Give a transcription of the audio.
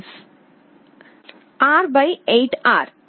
R 8 R